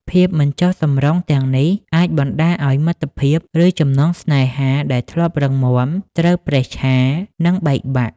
ភាពមិនចុះសម្រុងទាំងនេះអាចបណ្ដាលឲ្យមិត្តភាព ឬចំណងស្នេហាដែលធ្លាប់រឹងមាំត្រូវប្រេះឆា និងបែកបាក់។